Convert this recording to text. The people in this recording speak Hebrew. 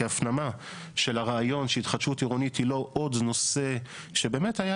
כהפנמה של הרעיון שהתחדשות עירונית היא לא עוד נושא שבאמת היה